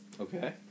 Okay